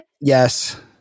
Yes